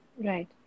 Right